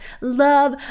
love